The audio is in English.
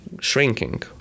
shrinking